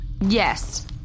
Yes